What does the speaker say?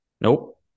Nope